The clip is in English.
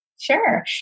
Sure